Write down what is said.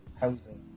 housing